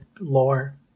lore